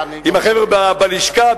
עם החבר'ה בלשכה,